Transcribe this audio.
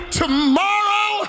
tomorrow